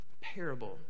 parable